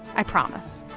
i promise.